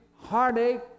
heartache